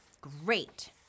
Great